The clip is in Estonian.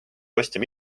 ostja